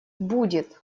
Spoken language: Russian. будет